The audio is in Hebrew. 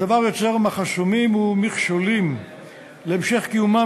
הדבר יוצר מחסומים ומכשולים להמשך קיומם